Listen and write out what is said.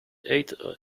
eight